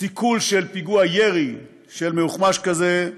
סיכול פיגוע ירי של מאוחמ"ש כזה,